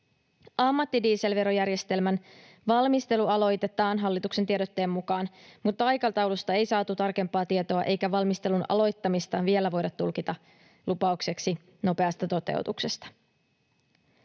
Ammattidieselverojärjestelmän valmistelu aloitetaan hallituksen tiedotteen mukaan, mutta aikataulusta ei saatu tarkempaa tietoa eikä valmistelun aloittamista vielä voida tulkita lupaukseksi nopeasta toteutuksesta.